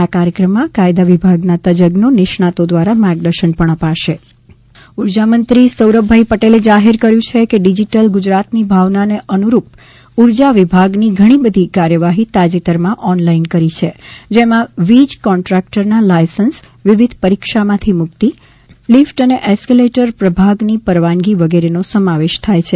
આ કાર્યક્રમમાં કાયદા વિભાગના તજજ્ઞો નિષ્ણાંતો દ્વારા માર્ગદર્શન અપાશે ઉર્જા વિભાગ ની ઓન લાઇન સેવા ઊર્જા મંત્રી સૌરભભાઈ પટેલે જાહેર કર્યું છે કે ડીઝીટલ ગુજરાતની ભાવનાને અનુરૂપ ઉર્જા વિભાગ ની ઘણી બધી કાર્યવાહી તાજેતર માં ઓનલાઇન કરી છે જેમાં વીજ કોન્ટ્રાકટરના લાયસન્સ વિવિધ પરીક્ષામાંથી મુક્તિ લીફટ અને એસ્કેલેટર પ્રભાગની પરવાનગી વગેરે નો સમાવેશ થાય છે